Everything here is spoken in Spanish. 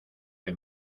que